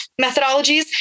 methodologies